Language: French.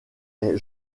est